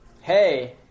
Hey